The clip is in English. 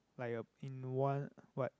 like a in one what